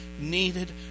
needed